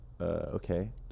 okay